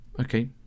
Okay